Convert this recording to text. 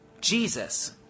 Jesus